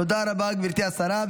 תודה רבה, גברתי השרה.